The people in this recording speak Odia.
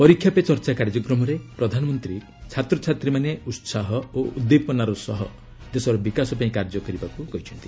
ପରୀକ୍ଷାପେ ଚର୍ଚ୍ଚା କାର୍ଯ୍ୟକ୍ରମରେ ପ୍ରଧାନମନ୍ତ୍ରୀ ଛାତ୍ରଛାତ୍ରୀମାନେ ଉତ୍କାହ ଓ ଉଦ୍ଦିପନାର ସହ ଦେଶର ବିକାଶ ପାଇଁ କାର୍ଯ୍ୟ କରିବାକୁ କହିଛନ୍ତି